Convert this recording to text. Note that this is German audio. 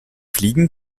fliegen